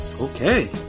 Okay